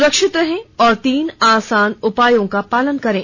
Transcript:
सुरक्षित रहें और तीन आसान उपायों का पालन करें